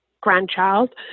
grandchild